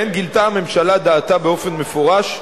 שבהן גילתה הממשלה דעתה באופן מפורש,